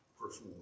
perform